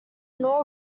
all